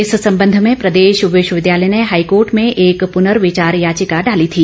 इस संबंध में प्रदेश विश्वविद्यालय ने हाईकोर्ट में एक पुनर्विचार याचिका डाली थी